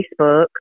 Facebook